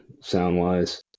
sound-wise